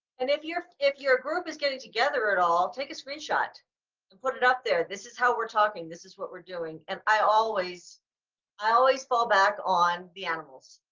and if you're if you're a group is getting together at all take a screenshot and put it up there. this is how we're talking, this is what we're doing, and i always i always fall back on the animals.